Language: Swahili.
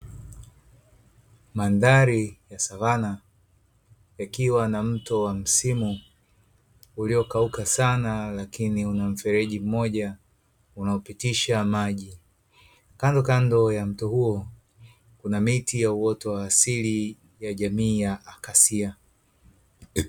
Mandhari ya savana ikiwa na mto wa msimu uliokauka sana lakini una mfereji mmoja unaopitisha maji. Kandokando ya mto huo kuna miti ya uoto wa asili wa jamii ya akasia.